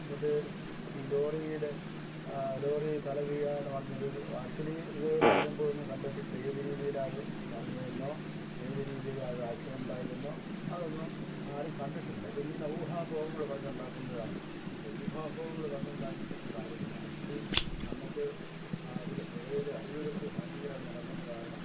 എന്നിട്ട് ഈ ലോറിയുടെ ലോറി തലകീഴായാണ് മറിഞ്ഞത് ആക്ച്വലി ഇതുവരെ ആരും പോയത് കണ്ടെത്തിയിട്ടില്ല ഏത് രീതിയിലാണ് അത് മറിഞ്ഞതെന്നോ ഏത് രീതിയിലാണ് അത് ആക്സിഡെൻറ്റുണ്ടായതെന്നോ അതൊന്നും ആരുങ്കണ്ടിട്ടില്ല ഇതിങ്ങനെ ഊഹാപോഹങ്ങള് പറഞ്ഞുണ്ടാക്കുന്നതാണ് ഊഹാപോഹങ്ങള് പറഞ്ഞുണ്ടാക്കിയിട്ടൊന്നും കാര്യമില്ല ആക്ച്വലി നമ്മള്ക്ക് അതിലെ പുഴയിലെ അടിയൊഴുക്ക് ഭയങ്കരമായിട്ട് നടക്കുന്ന കാരണം